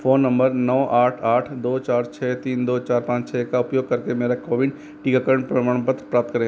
phone number नौ आठ आठ दो चार छः तीन दो चार पान छः का उपयोग करके मेरा कोविन टीकाकारण प्रमाणपत्र प्राप्त करें